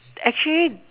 actually